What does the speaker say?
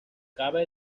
cabe